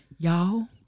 Y'all